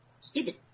Stupid